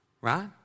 Right